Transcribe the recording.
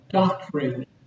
doctrine